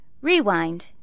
Rewind